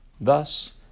Thus